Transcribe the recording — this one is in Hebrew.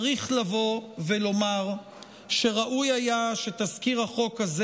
צריך לבוא ולומר שראוי היה שתזכיר החוק הזה